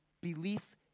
belief